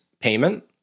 payment